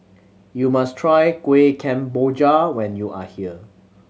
you must try Kueh Kemboja when you are here